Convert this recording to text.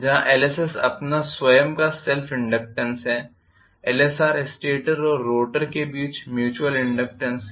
जहाँ Lssअपना स्वयं का सेल्फ़ इनडक्टेन्स है Lsrस्टेटर और रोटर के बीच म्यूच्युयल इनडक्टेन्स है